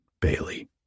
Bailey